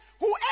Whoever